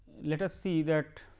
let us see that,